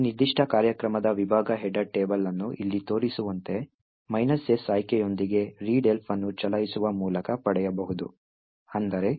ಈ ನಿರ್ದಿಷ್ಟ ಕಾರ್ಯಕ್ರಮದ ವಿಭಾಗ ಹೆಡರ್ ಟೇಬಲ್ ಅನ್ನು ಇಲ್ಲಿ ತೋರಿಸಿರುವಂತೆ S ಆಯ್ಕೆಯೊಂದಿಗೆ readelf ಅನ್ನು ಚಲಾಯಿಸುವ ಮೂಲಕ ಪಡೆಯಬಹುದು ಅಂದರೆ readelf S hello